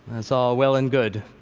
that's all well and good.